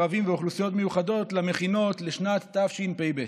ערבים ואוכלוסיות מיוחדות למכינות לשנת תשפ"ב.